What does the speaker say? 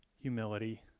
humility